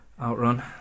Outrun